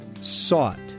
sought